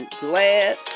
glad